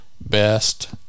best